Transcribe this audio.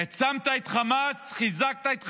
העצמת את חמאס, חיזקת את חמאס,